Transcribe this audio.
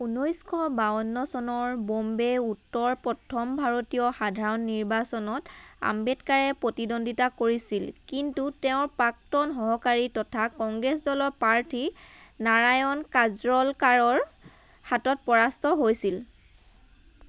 ঊনৈছশ বাৱন্ন চনৰ বম্বে উত্তৰ প্ৰথম ভাৰতীয় সাধাৰণ নিৰ্বাচনত আম্বেদকাৰে প্ৰতিদ্বন্দ্বিতা কৰিছিল কিন্তু তেওঁৰ প্ৰাক্তন সহকাৰী তথা কংগ্ৰেছ দলৰ প্ৰাৰ্থী নাৰায়ণ কাজৰলকাৰৰ হাতত পৰাস্ত হৈছিল